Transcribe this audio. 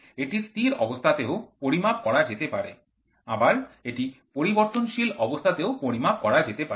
এটি সময়ের সাপেক্ষে স্থির অবস্থাতেও পরিমাপ করা যেতে পারে আবার একটি পরিবর্তনশীল অবস্থাতেও পরিমাপ করা যেতে পারে